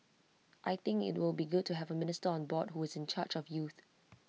I think IT will be good to have A minister on board who is in charge of youth